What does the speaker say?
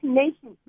nation